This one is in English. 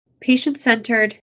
patient-centered